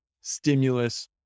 stimulus